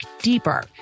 deeper